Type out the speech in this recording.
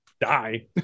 die